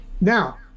Now